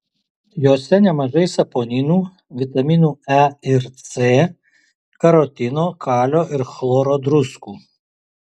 jose nemažai saponinų vitaminų e ir c karotino kalio ir chloro druskų